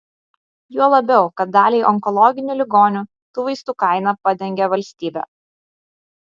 juo labiau kad daliai onkologinių ligonių tų vaistų kainą padengia valstybė